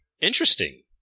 Interesting